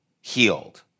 healed